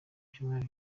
byumweru